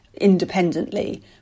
independently